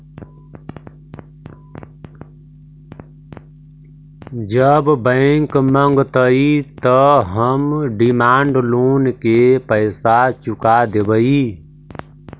जब बैंक मगतई त हम डिमांड लोन के पैसा चुका देवई